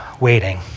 waiting